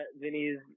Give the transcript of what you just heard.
Vinny's